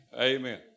Amen